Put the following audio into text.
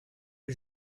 que